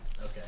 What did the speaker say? Okay